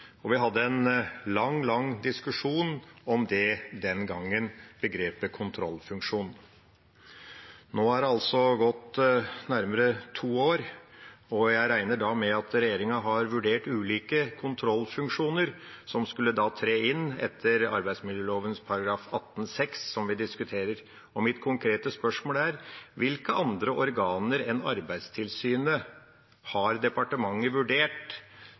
og vi hadde en lang diskusjon om begrepet «kontrollfunksjon» den gangen. Nå er det altså gått nærmere to år, og jeg regner da med at regjeringa har vurdert ulike kontrollfunksjoner som skulle tre inn etter arbeidsmiljøloven § 18-6, som vi diskuterer. Mitt konkrete spørsmål er: Hvilke andre organer enn Arbeidstilsynet har departementet vurdert